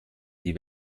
die